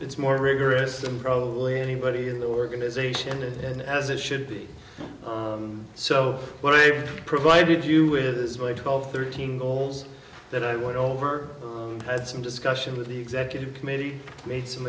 it's more rigorous than probably anybody in the organization and as it should be so what i've provided you with is by twelve thirteen goals that i went over had some discussions with the executive committee made some